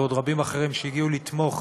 ועוד רבים אחרים שהגיעו לתמוך.